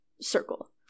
circle